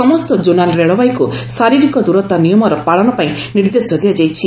ସମସ୍ତ କୋନାଲ୍ ରେଳବାଇକୁ ଶାରୀରିକ ଦୂରତା ନିୟମର ପାଳନ ପାଇଁ ନିର୍ଦ୍ଦେଶ ଦିଆଯାଇଛି